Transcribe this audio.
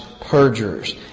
perjurers